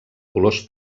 colors